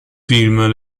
film